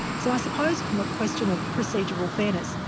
so i suppose from a question of procedural fairness,